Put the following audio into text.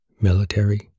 military